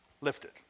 lifted